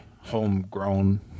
homegrown